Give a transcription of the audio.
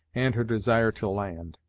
and her desire to land.